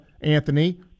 Anthony